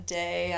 day